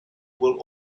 will